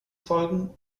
folgen